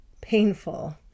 painful